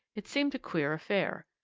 it seemed a queer affair.